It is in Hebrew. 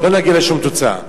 לא נגיע לשום תוצאה.